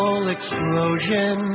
explosion